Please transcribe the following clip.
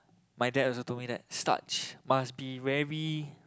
my dad also told me that starch must be wary